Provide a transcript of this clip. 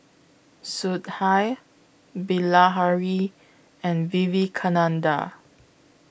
Sudhir Bilahari and Vivekananda